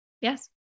Yes